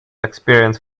experience